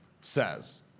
says